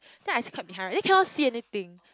then I'm quite behind eh cannot see anything